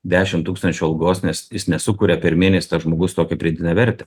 dešim tūkstančių algos nes jis nesukuria per mėnesį žmogus tokią pridėtinę vertę